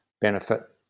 benefit